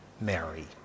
Mary